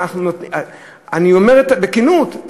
אני אומר בכנות,